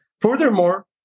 Furthermore